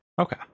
Okay